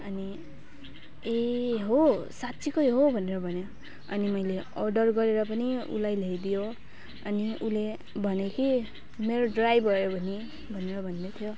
अनि ए हो साँच्चीकै हो भनेर भन्यो अनि मैले अडर गरेर पनि उसलाई ल्याइदियो अनि उसले भन्यो कि मेरो ड्राई भयो भने भनेर भन्दै थियो